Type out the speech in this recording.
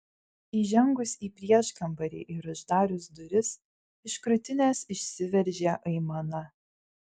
įžengus į prieškambarį ir uždarius duris iš krūtinės išsiveržė aimana